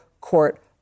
court